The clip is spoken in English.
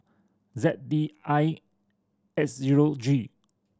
Z D I X zero G